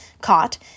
caught